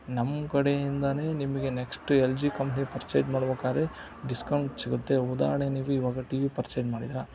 ನಮ್ಮ ಕಡೆಯಿಂದನೇ ನಿಮ್ಗೆ next L G company purchase ಮಡ್ಬೇಕಾರೆ ಡಿಸ್ಕೌಂಟ್ ಸಿಗುತ್ತೆ ಉದಾಹರಣೆ ನೀವು ಇವಾಗ ಟಿ ವಿ ಪರ್ಚೇಸ್ ಮಾಡಿದ್ರೆ